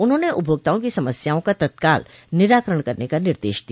उन्होंने उपभोक्ताओं की समस्याओं का तत्काल निराकरण करने का निर्देश दिया